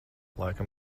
laikam